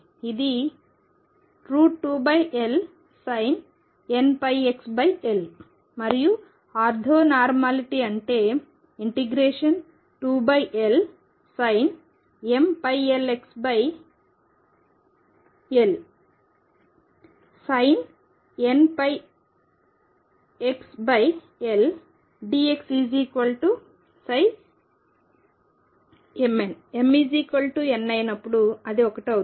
ఇది 2LsinnπxL మరియు orthonormality అంటే 2LsinmπxLsinnπxLdxmn mn అయినప్పుడు అది 1 అవుతుంది